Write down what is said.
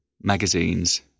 magazines